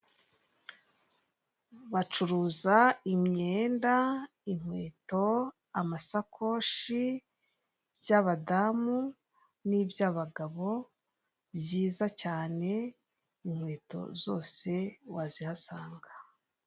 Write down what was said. Bacuruza imyenda, inkweto amasakoshi by'abadamu n'iby'abagabo, byiza cyane, inkweto zose wazihasanga.